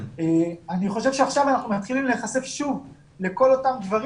אני חושב שעכשיו אנחנו מתחילים להיחשף שוב לכל אותם דברים